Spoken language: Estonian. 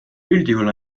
üldjuhul